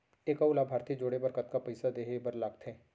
एक अऊ लाभार्थी जोड़े बर कतका पइसा देहे बर लागथे?